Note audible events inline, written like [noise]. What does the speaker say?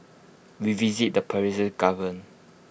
we visited the Persian [unintelligible]